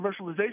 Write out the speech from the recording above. Commercialization